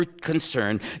concern